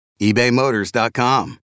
ebaymotors.com